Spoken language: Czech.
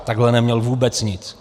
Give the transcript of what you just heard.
Takhle neměl vůbec nic.